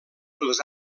pels